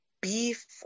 beef